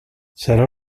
serà